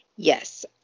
Yes